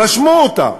רשמו אותה.